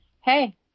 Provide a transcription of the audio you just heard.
Hey